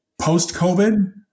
Post-COVID